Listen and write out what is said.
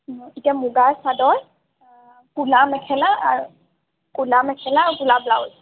এতিয়া মুগাৰ চাদৰ ক'লা মেখেলা আৰু ক'লা মেখেলা আৰু ক'লা ব্লাউজ